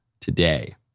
today